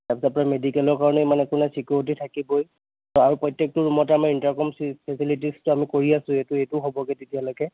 তাৰ পিছতে মেডিকেলৰ কাৰণেও মানে আপোনাৰ চিকিউৰিটী থাকিবই আৰু প্ৰত্যেকটো ৰুমতে আমাৰ ইণ্টাৰ কম ফেচেলিটীটো আমি কৰি আছোঁ সেইটোও হ'বগৈ তেতিয়ালৈকে